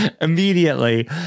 immediately